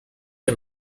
que